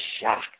shocked